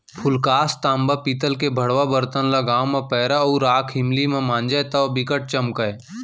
फूलकास, तांबा, पीतल के भंड़वा बरतन ल गांव म पैरा अउ राख इमली म मांजय तौ बिकट चमकय